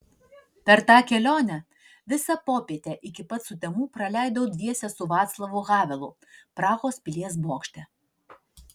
per tą kelionę visą popietę iki pat sutemų praleidau dviese su vaclavu havelu prahos pilies bokšte